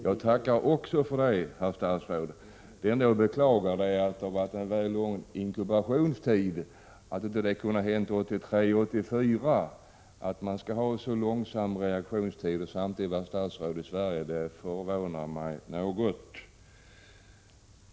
Jag tackar för detta också, herr statsråd! Det enda jag beklagar är att det varit en väl lång inkubationstid, att detta inte hade kunnat hända 1983 eller 1984. Att man skall ha så lång reaktionstid och samtidigt vara statsråd i Sverige förvånar mig något.